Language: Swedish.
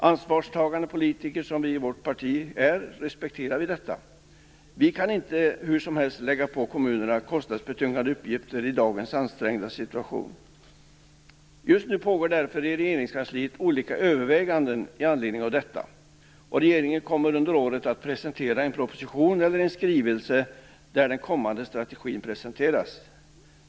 Ansvarstagande politiker, som vi i vårt parti är, respekterar vi detta. Vi kan inte hur som helst lägga på kommunerna kostnadsbetungande uppgifter i dagens ansträngda situation. Just nu pågår därför i Regeringskansliet olika överväganden med anledning av detta. Regeringen kommer under året att presentera en proposition eller skrivelse där den kommande strategin presenteras.